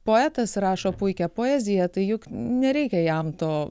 poetas rašo puikią poeziją tai juk nereikia jam to